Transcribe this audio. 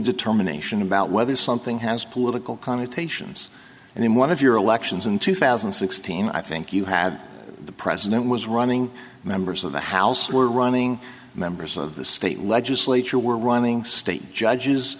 determination about whether something has political connotations and in one of your elections in two thousand and sixteen i think you have the president was running members of the house were running members of the state legislature were running state judges